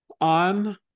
on